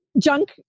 junk